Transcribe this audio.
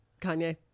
Kanye